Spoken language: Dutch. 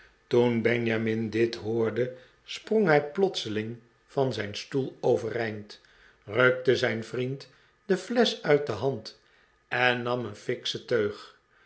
toen benjamin dit hoorde sprong hij plotseling van zijn stoel overeind rukte zijn vriend de flesch uit de hand en nam een fiksche teug